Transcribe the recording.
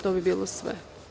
To bi bilo sve.